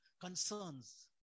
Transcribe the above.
concerns